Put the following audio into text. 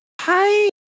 hi